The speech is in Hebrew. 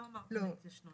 כי את לא אמרת על ההתיישנות.